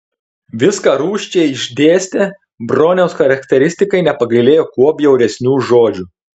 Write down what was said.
viską rūsčiai išdėstė broniaus charakteristikai nepagailėjo kuo bjauresnių žodžių